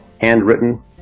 handwritten